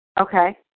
Okay